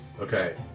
Okay